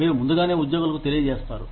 మీరు ముందుగానే ఉద్యోగులకు తెలియజేస్తారు